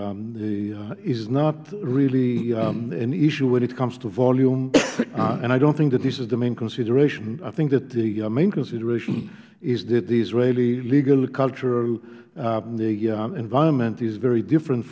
solution is not really an issue when it comes to volume and i don't think that this is the main consideration i think that the main consideration is that the israeli legal culture the environment is very different